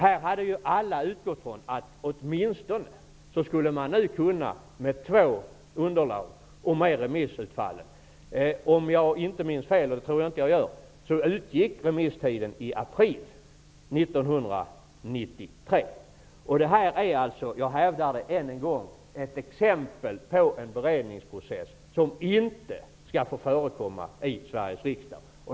Här har alla utgått från att det åtminstone nu med hjälp av två underlag och remissutfallet skall komma ett förslag. Om jag inte minns fel utgick remisstiden i april 1993. Jag hävdar än en gång att detta är ett exempel på en beredningsprocess som inte skall få förekomma i Sveriges riksdag.